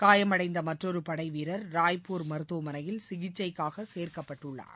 காயமடைந்த மற்றொரு படை வீரர் ராய்ப்பூர் மருத்துவமனையில் சிகிச்சைக்காக சேர்க்கப்பட்டுள்ளார்